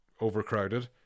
overcrowded